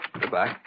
Goodbye